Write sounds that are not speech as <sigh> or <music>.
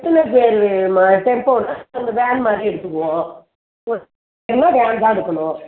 எத்தனை பேரும்மா டெம்போன்னா அந்த வேன் மாதிரி எடுத்துக்குவோம் <unintelligible> வேன் தான் எடுக்கணும்